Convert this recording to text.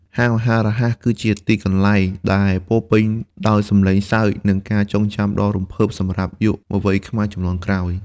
ហាងអាហាររហ័សគឺជាកន្លែងដែលពោរពេញដោយសំឡេងសើច និងការចងចាំដ៏រំភើបសម្រាប់យុវវ័យខ្មែរជំនាន់ក្រោយ។